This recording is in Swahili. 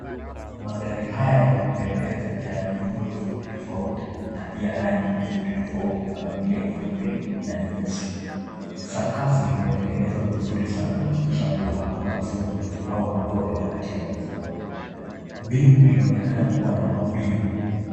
Magari haya ya kupendeza yana miundo tofauti tofauti na pia rangi tofauti tofauti kama vile nyeupe na nyeusi. Sakafu limetengenezwa vizuri sana kuhakikisha kuwa hakuna vumbi au matope wakati wa mvua. Mbingu inaonekana kuwa na mawingu.